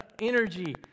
energy